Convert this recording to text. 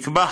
נקבע